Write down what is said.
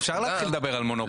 אפשר להתחיל לדבר על מונופולים.